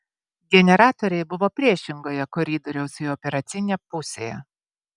generatoriai buvo priešingoje koridoriaus į operacinę pusėje